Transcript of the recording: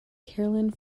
carolyn